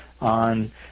on